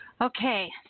Okay